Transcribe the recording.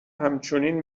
همچنین